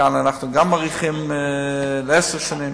כאן אנחנו גם מאריכים לעשר שנים.